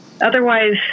Otherwise